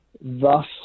Thus